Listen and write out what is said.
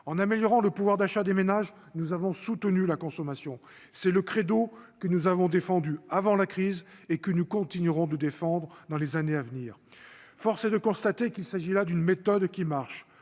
en améliorant le pouvoir d'achat des ménages, nous avons soutenu la consommation, c'est le credo que nous avons défendu avant la crise et que nous continuerons de défendre dans les années à venir, force est de constater qu'il s'agit là d'une méthode qui marche